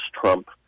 Trump